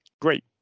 Great